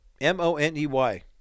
M-O-N-E-Y